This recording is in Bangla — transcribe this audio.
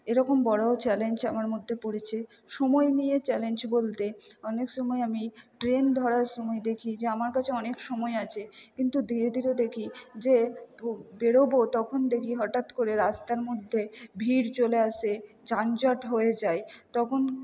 এরকম বড়ো চ্যালেঞ্জ আমার মধ্যে পড়েছে সময় নিয়ে চ্যালেঞ্জ বলতে অনেক সময় আমি ট্রেন ধরার সময় দেখি যে আমার কাছে অনেক সময় আছে কিন্তু ধীরে ধীরে দেখি যে বেরোবো তখন দেখি হঠাৎ করে রাস্তার মধ্যে ভিড় চলে আসে যানজট হয়ে যায় তখন